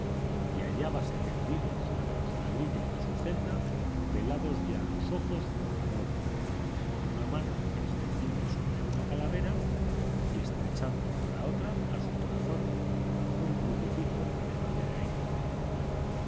y hallábase tendido sobre los ladrillos de su celda velados ya los ojos por la muerte con una mano extendida sobre una calavera y estrechando con la otra a su corazón un crucifijo de madera y cobre